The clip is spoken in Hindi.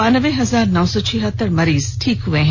बानबे हजार नौ सौ छिहत्तर मरीज ठीक हुए हैं